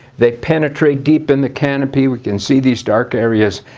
they penetrate deep in the canopy. we can see these dark areas.